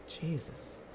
Jesus